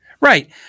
Right